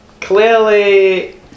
Clearly